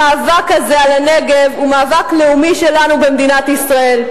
המאבק הזה על הנגב הוא מאבק לאומי שלנו במדינת ישראל.